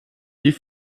die